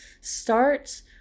start